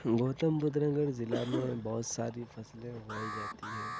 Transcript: گوتم بدھ نگر ضلع میں بہت ساری فصلیں اگائی جاتی ہیں